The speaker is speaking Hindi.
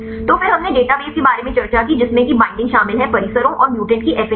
तो फिर हमने डेटाबेस के बारे में चर्चा की जिसमें की बईंडिंग शामिल है परिसरों और म्यूटेंट की एफिनिटी